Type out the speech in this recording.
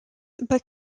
but